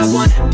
one